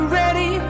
ready